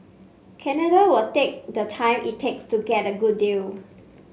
Canada will take the time it takes to get a good deal